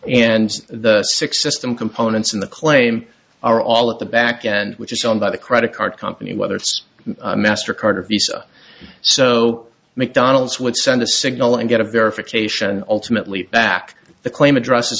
and the six system components in the claim are all at the back and which is owned by the credit card company whether it's a master card or visa so mcdonald's would send a signal and get a verification ultimately back the claim addresses